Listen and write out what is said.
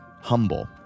humble